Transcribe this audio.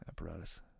apparatus